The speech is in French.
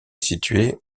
située